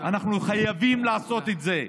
אנחנו חייבים לעשות את זה.